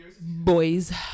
Boys